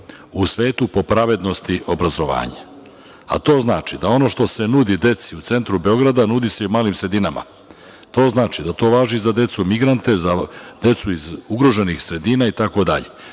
u svetu po pravednosti obrazovanja, a to znači da ono što se nudi deci u centru Beograda nudi se i u malim sredinama. To znači da to važi i za decu migrante, za decu iz ugroženih sredina itd.